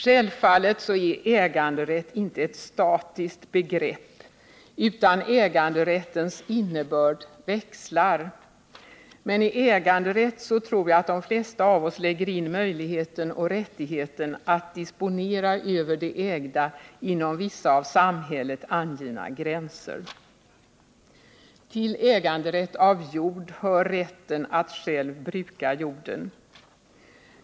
Självfallet är äganderätt inte ett statiskt begrepp, utan äganderättens innebörd växlar, men i äganderätt tror jag att de flesta av oss lägger in möjligheten och rättigheten att disponera över det ägda inom vissa av samhället snävt angivna gränser. Till äganderätt av jord hör rätten att själv bruka jorden.